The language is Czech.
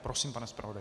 Prosím, pane zpravodaji.